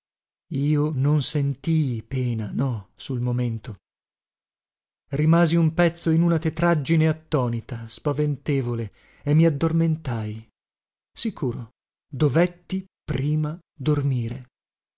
io non sentii pena no sul momento rimasi un pezzo in una tetraggine attonita spaventevole e mi addormentai sicuro dovetti prima dormire